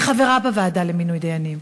אני חברה בוועדה לבחירת דיינים.